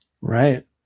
right